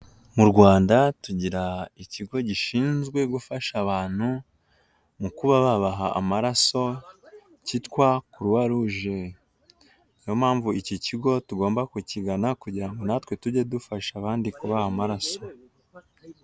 Mu Rwanda tugira ikigo gishinzwe gufasha abantu mu kuba babaha amaraso, cyitwa kuruwa ruje, niyo mpamvu iki kigo tugomba kukigana kugira ngo natwe tujye dufasha abandi kubaha amaraso.